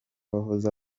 wahoze